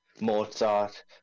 Mozart